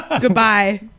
goodbye